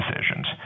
decisions